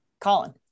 Colin